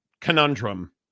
conundrum